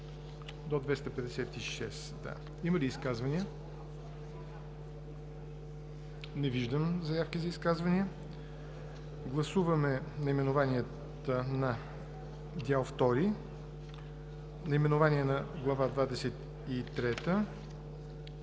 Ви. Има ли изказвания? Не виждам заявки за изказвания. Гласуваме наименованието на Дял втори, наименованието на Глава